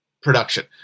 production